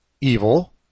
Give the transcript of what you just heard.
evil